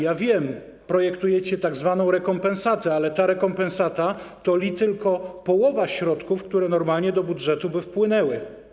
Ja wiem, projektujecie tzw. rekompensatę, ale ta rekompensata to tylko połowa środków, które normalnie do budżetu by wpłynęły.